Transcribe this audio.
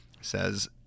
says